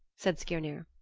said skirnir.